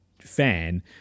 fan